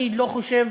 אני לא חושב